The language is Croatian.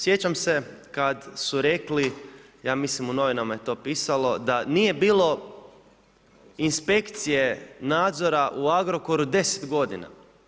Sjećam se kad su rekli, ja mislim u novinama je to pisalo da nije bilo inspekcije nadzora u Agrokora 10 godina.